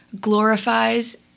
glorifies